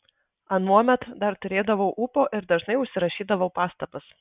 anuomet dar turėdavau ūpo ir dažnai užsirašydavau pastabas